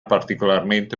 particolarmente